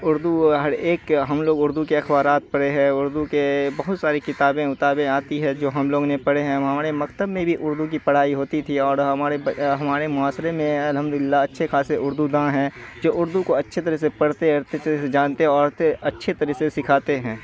اردو ہر ایک کے ہم لوگ اردو کے اخبارات پڑھے ہیں اردو کے بہت ساری کتابیں وتابیں آتی ہیں جو ہم لوگ نے پڑھے ہیں اور ہمارے مکتب میں بھی اردو کی پڑھائی ہوتی تھی اور ہمارے ہمارے معاشرے میں الحمد للہ اچھے خاصے اردو داں ہیں جو اردو کو اچھی طرح سے پڑھتے وڑھتے اچھی طرح سے جاتنے وانتے اچھے طرح سے سکھاتے ہیں